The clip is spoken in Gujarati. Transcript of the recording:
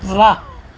વાહ